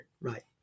Right